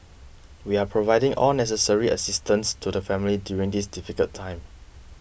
we are providing all necessary assistance to the family during this difficult time